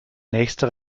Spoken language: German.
nächste